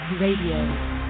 Radio